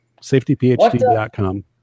SafetyPHD.com